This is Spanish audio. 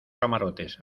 camarotes